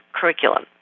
curriculum